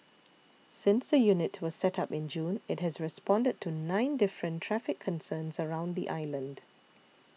since the unit was set up in June it has responded to nine different traffic concerns around the island